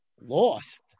lost